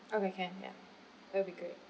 okay can ya that will be great uh